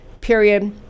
period